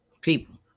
People